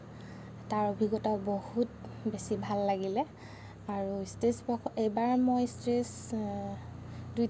তাৰ অভিজ্ঞতা বহুত বেছি ভাল লাগিলে আৰু ষ্টেজ প্ৰগে এইবাৰ মই ষ্টেজ